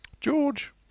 George